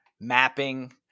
mapping